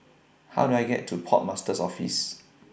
How Do I get to Port Master's Office